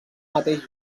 mateix